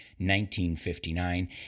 1959